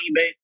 eBay